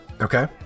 Okay